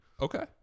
Okay